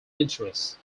interest